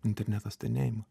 internetas ten neima